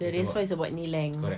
the raised floor is about knee length